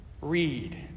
read